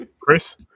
Chris